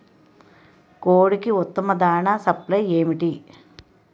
కోడికి ఉత్తమ దాణ సప్లై ఏమిటి?